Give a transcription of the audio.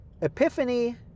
Epiphany